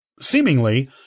seemingly